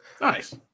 Nice